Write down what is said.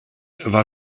war